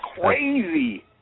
crazy